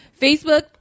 Facebook